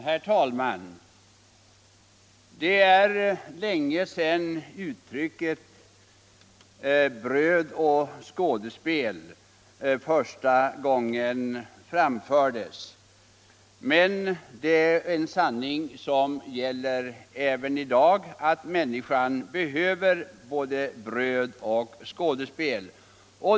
Herr talman! Det är länge sedan uttrycket bröd och skådespel första gången användes. Men det är en sanning som gäller än i dag, att människan behöver både bröd och skådespel.